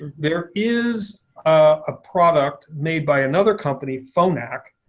there is a product made by another company, phonak,